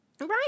right